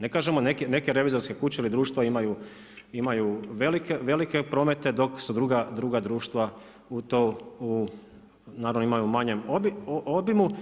Ne kažemo neke revizorske kuće ili društva imaju velike promete, dok su druga društva u to, naravno imaju u manjem obimu.